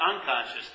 unconscious